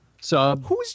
sub